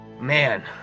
Man